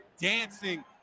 dancing